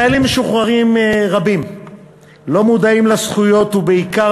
חיילים משוחררים רבים לא מודעים לזכויות ובעיקר